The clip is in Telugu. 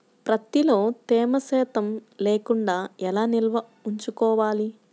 ప్రత్తిలో తేమ శాతం లేకుండా ఎలా నిల్వ ఉంచుకోవాలి?